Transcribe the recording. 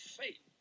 faith